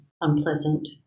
unpleasant